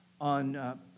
on